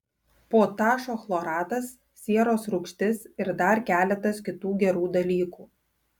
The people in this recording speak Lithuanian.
potašo chloratas sieros rūgštis ir dar keletas kitų gerų dalykų